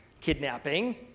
kidnapping